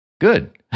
Good